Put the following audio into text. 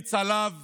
שתמליץ עליו